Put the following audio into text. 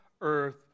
earth